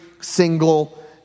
single